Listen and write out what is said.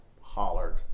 hollered